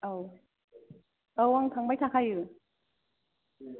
औ आं थांबाय थाखायो